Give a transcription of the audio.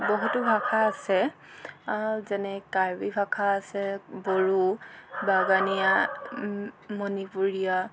বহুতো ভাষা আছে যেনে কাৰ্বি ভাষা আছে বড়ো বাগানীয়া মণিপুৰীয়া